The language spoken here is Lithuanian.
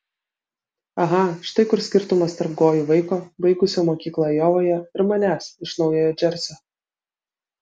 aha štai kur skirtumas tarp gojų vaiko baigusio mokyklą ajovoje ir manęs iš naujojo džersio